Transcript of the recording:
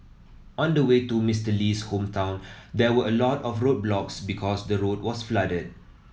on the way to Mister Lee's hometown there were a lot of roadblocks because the road was flooded